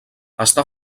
està